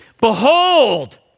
behold